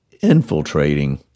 infiltrating